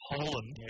Holland